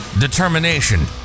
determination